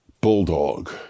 bulldog